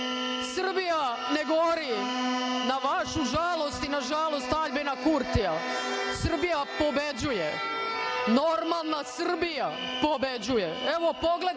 Srbija ne gori, na vašu žalost i na žalost Aljbina Kurtija Srbija pobeđuje. Normalna Srbija pobeđuje. Evo pogledajte,